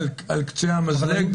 אבל היו בידידות.